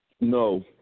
No